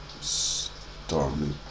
stormy